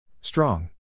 Strong